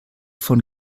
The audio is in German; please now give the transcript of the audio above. von